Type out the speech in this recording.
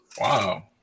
Wow